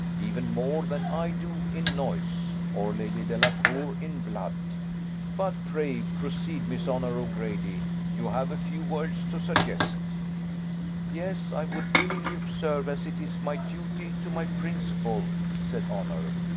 even more than i do in noise, or lady delacour in blood but pray proceed, miss honour o'grady you have a few words to suggest yes, i would willingly observe, as it is my duty to my principal said honour,